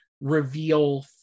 reveal